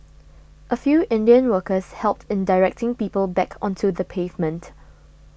a few Indian workers helped in directing people back onto the pavement